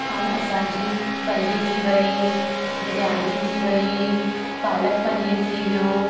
ऐं असांजी पली थी वई बिरयानी थी वई पालक पनीरु थी वियो